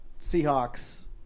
Seahawks